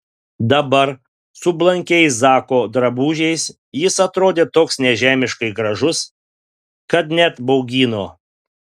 dabar su blankiais zako drabužiais jis atrodė toks nežemiškai gražus kad net baugino